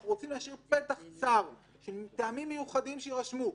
אנחנו רוצים להשאיר פתח צר שמטעמים מיוחדים שיירשמו,